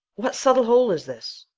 what subtle hole is this,